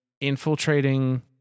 infiltrating